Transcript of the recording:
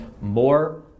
more